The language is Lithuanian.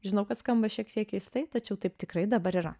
žinau kad skamba šiek tiek keistai tačiau taip tikrai dabar yra